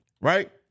right